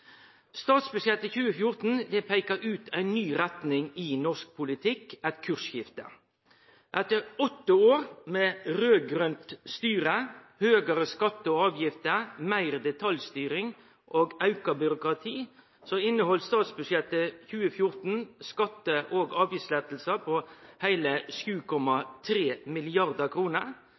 Statsbudsjettet for 2014 peika ut ei ny retning i norsk politikk – eit kursskifte. Etter åtte år med raud-grønt styre, høgare skattar og avgifter, meir detaljstyring og auka byråkrati, inneheldt statsbudsjettet for 2014 skatte- og avgiftsletter på heile 7,3